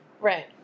Right